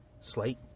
slate